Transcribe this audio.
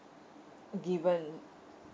given